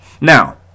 Now